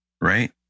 Right